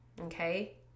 okay